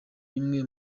bimwe